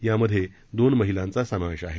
यामध्ये दोन महिलांचा समावेश आहे